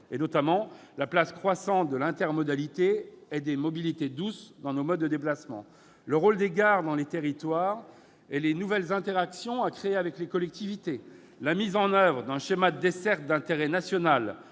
ce débat : place croissante de l'intermodalité et des mobilités douces dans nos modes de déplacement, rôle des gares dans les territoires et nouvelles interactions à créer avec les collectivités, mise en oeuvre d'un schéma de desserte d'intérêt national